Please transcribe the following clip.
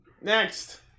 Next